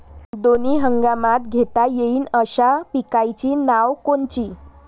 दोनी हंगामात घेता येईन अशा पिकाइची नावं कोनची?